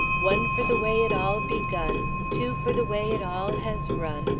one for the way it all begun, two for the way it all has run,